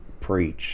preach